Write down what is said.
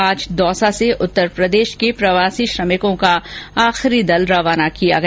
आज दौसा से उत्तर प्रदेश के प्रवासी श्रमिकों का आखिरी दल रवाना किया गया